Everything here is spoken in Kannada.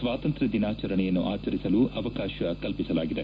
ಸ್ವಾತಂತ್ರ್ಯ ದಿನಾಚರಣೆಯನ್ನು ಆಚರಿಸಲು ಅವಕಾಶ ಕಲ್ಪಿಸಲಾಗಿದೆ